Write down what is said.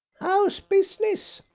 how's business?